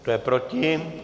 Kdo je proti?